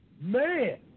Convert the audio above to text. man